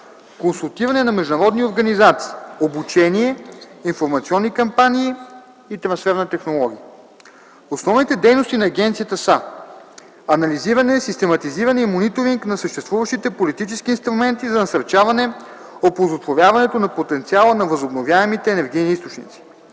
консултиране на международни организации, обучение, информационни кампании и трансфер на технологии. Основните дейности на агенцията са: анализиране, систематизиране и мониторинг на съществуващите политически инструменти за насърчаване оползотворяването на потенциала на възобновяемите енергийни източници;